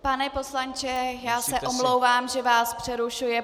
Pane poslanče, já se omlouvám, že vás přerušuji.